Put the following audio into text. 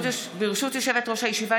ברשות יושבת-ראש הישיבה,